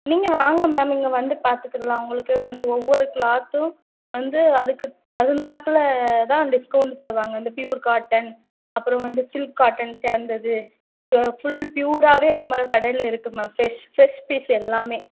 நீங்கள் வாங்க மேம் நீங்கள் வந்து பாத்துக்குலாம் உங்களுக்கு வந்து ஒவ்வொரு க்ளாத்தும் வந்து அதுக்குத் தகுந்தாப்பில தான் டிஸ்கவுண்டு தருவாங்க இந்த பியூர் காட்டன் அப்புறம் வந்து சில்க் காட்டன் சேர்ந்தது ஃபுல் பியூராகவே நம்ம கடையில் இருக்குது மேம் ஃப்ரெஷ் பீஸ் எல்லா